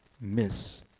miss